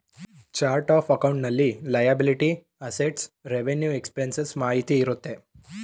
chart of accounts ನಲ್ಲಿ liability, assets, revenue expenses ಮಾಹಿತಿ ಇರುತ್ತೆ